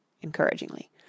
encouragingly